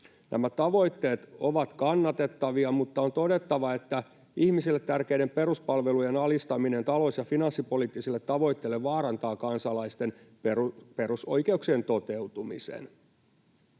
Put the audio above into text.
Nämä tavoitteet ovat kannatettavia, mutta on todettava, että ihmisille tärkeiden peruspalvelujen alistaminen talous‑ ja finanssipoliittisille tavoitteille vaarantaa kansalaisten perusoikeuksien toteutumisen.